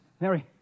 Mary